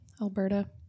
Alberta